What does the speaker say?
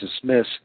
dismiss